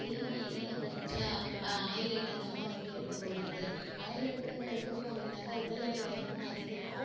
அதிகமா எண்ணெயில் பொறிச்ச ஆயில் ஐட்டங்கள்லாம் வந்து எடுத்துக்கக்கூடாது ஆயில் ஐட்டங்கள் எடுத்துக்கிட்டோம் அப்படின்னாக்கா உடல் எடை வேகமாக அதிகரிக்கும்